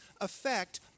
affect